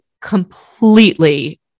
completely